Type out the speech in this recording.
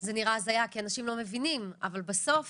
זה נראה הזיה כי אנשים לא מבינים, אבל בסוף